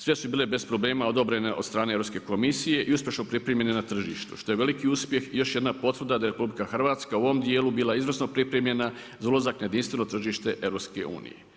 Sve su bile bez problema odobrene od strane Europske komisije i uspješno pripremljene na tržištu što je veliki uspjeh i još jedna potvrda da je RH u ovom dijelu bila izvrsno pripremljena za ulazak na jedinstveno tržište EU.